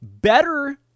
better